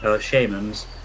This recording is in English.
shaman's